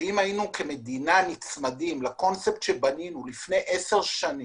שאם כמדינה היינו נצמדים לקונספט שבנינו לפני עשר שנים,